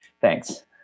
thanks